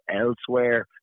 elsewhere